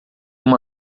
uma